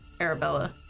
Arabella